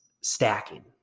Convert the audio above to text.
stacking